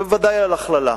ובוודאי על הכללה,